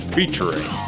Featuring